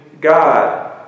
God